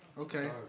Okay